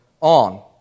on